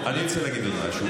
תסתכל עליו קצת.